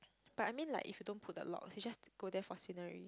but I mean like if you don't put the locks you just go there for scenery